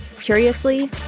curiously